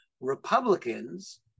Republicans